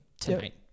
tonight